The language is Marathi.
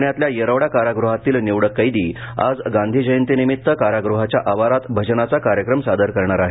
पुण्यातल्या येरवडा कारागृहातील निवडक केदी आज गांधी जयंतीनिम्मित कारागृहाच्या आवारात भजनाचा कार्यक्रम सादर करणार आहेत